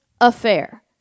affair